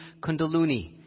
kundaluni